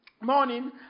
morning